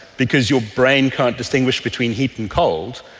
because your brain can't distinguish between heat and cold,